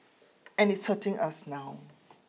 and it's hurting us now